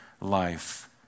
life